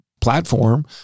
platform